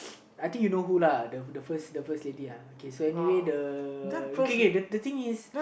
I think you know who lah the the first the first lady uh okay so anyway the uh okay K the thing is